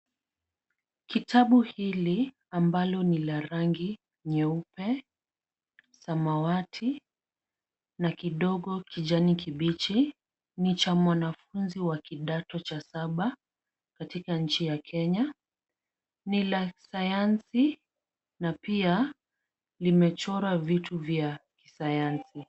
Kitabu hiki ambacho ni cha rangi ya nyeupe, samawati na kidogo kijani kibichi, ni cha mwanafunzi wa kidato cha saba katika nchi ya Kenya, ni la sayansi na pia limechorwa vitu vya sayansi.